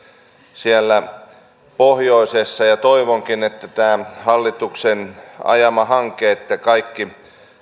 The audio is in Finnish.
siellä pohjoisessa toivonkin että tämä hallituksen ajama hanke että kaikki